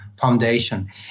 foundation